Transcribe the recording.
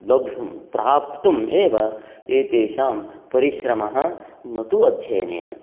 लब्धुं प्राप्तुम् एव एतेषां परिश्रमः न तु अध्ययनेन